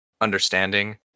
understanding